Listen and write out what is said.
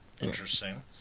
Interesting